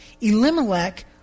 Elimelech